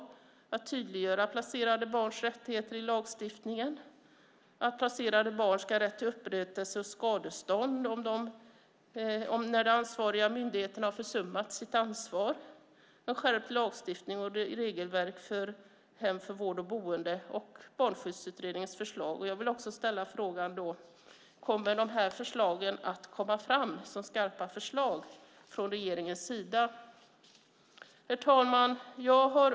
Det handlar om att tydliggöra placerade barns rättigheter i lagstiftningen och om att placerade barn ska ha rätt till upprättelse och skadestånd om ansvariga myndigheter har försummat sitt ansvar. Vidare handlar det om skärpt lagstiftning och regelverk när det gäller hem för vård och boende och om Barnskyddsutredningens förslag. Jag vill ställa frågan: Kommer de här förslagen att läggas fram som skarpa förslag från regeringens sida? Herr talman!